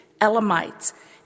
Elamites